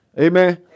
Amen